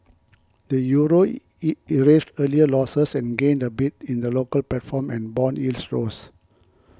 the Euro erased earlier losses and gained a bit in the local platform and bond yields rose